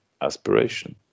aspiration